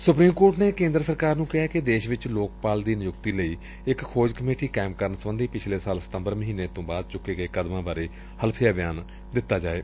supreme court ਨੇ ਕੇ'ਦਰ ਸਰਕਾਰ ਨੂੰ ਕਿਹੈ ਕਿ ਦੇਸ਼ ਵਿਚ ਲੋਕ ਪਾਲ ਦੀ ਨਿਯੁਕਤੀ ਲਈ ਇਕ ਖੋਜ ਕਮੇਟੀ ਕਾਇਮ ਕਰਨ ਸਬੰਧੀ ਪਿਛਲੇ ਸਾਲ ਸਤੰਬਰ ਮਹੀਨੇ ਤੋਂ ਚੁੱਕੇ ਗਏ ਕਦਮਾ ਬਾਰੇ ਹਲਫੀਆਂ ਬਿਆਨ ਦਿੱਤਾ ਜਾਏ